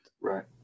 Right